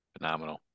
Phenomenal